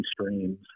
streams